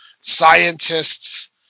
Scientists